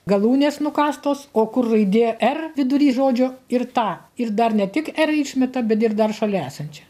galūnės nukąstos o kur raidė r vidury žodžio ir tą ir dar ne tik r išmeta bet ir dar šalia esančią